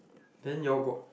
then you all got